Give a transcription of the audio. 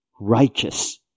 righteous